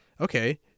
okay